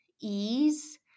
ease